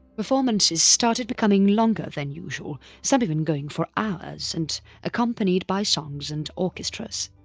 performances started becoming longer than usual, some even going for hours and accompanied by songs and orchestras.